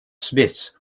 smiths